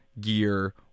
gear